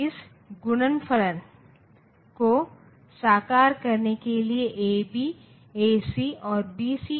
इसका मतलब है तो यह क्या दर्शाता है